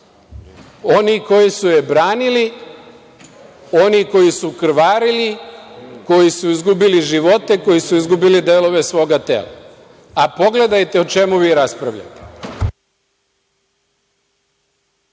oni koji su je branili, oni koji su krvarili, koji su izgubili živote, koji su izgubili delove svoga tela, a pogledajte o čemu vi raspravljate?